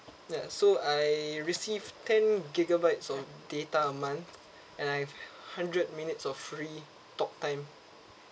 ya so I receive ten gigabytes of data a month and I've hundred minutes of free talk time